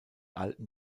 alten